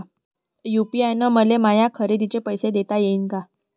UPI न मले माया खरेदीचे पैसे देता येईन का?